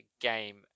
game